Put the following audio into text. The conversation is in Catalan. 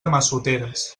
massoteres